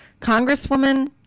Congresswoman